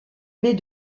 baie